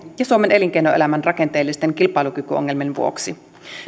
suomen elinkeinoelämän rakenteellisten kilpailukykyongelmien vuoksi